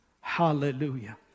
Hallelujah